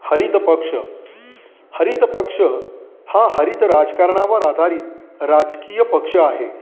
हरित पक्ष हरित पक्ष हा हरित राजकारणावर आधारित राजकीय पक्ष आहे